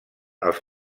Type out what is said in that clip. els